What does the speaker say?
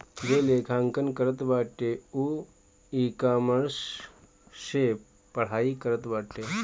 जे लेखांकन करत बाटे उ इकामर्स से पढ़ाई करत बाटे